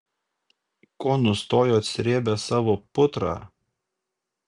ko nustojot srėbę savo putrą